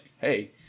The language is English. hey